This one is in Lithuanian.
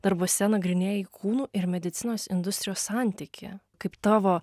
darbuose nagrinėjai kūnų ir medicinos industrijos santykį kaip tavo